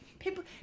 People